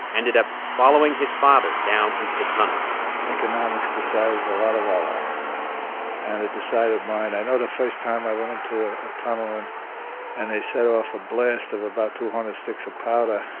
ended up following his father down into the tunnels economics decides a lot of our lives and it decided mine. i know the first time i went into ah a tunnel and and they set off a blast of about two hundred sticks of powder,